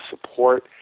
support